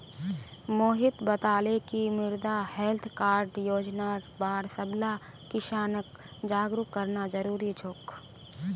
मोहित बताले कि मृदा हैल्थ कार्ड योजनार बार सबला किसानक जागरूक करना जरूरी छोक